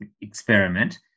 experiment